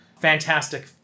Fantastic